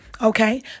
okay